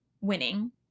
winning